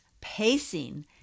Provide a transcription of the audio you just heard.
pacing